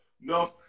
no